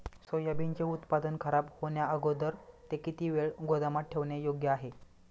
सोयाबीनचे उत्पादन खराब होण्याअगोदर ते किती वेळ गोदामात ठेवणे योग्य आहे?